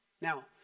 Now